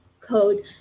code